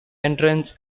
entrance